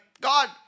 God